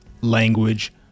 language